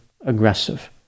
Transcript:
aggressive